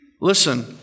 Listen